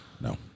No